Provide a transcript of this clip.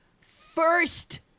first